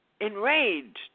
enraged